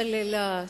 מלא להט,